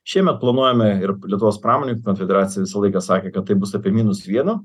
šiemet planuojame ir lietuvos pramonininkų konfederacija visą laiką sakė kad tai bus apie minus vieno